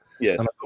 Yes